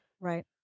Right